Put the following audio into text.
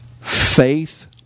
Faith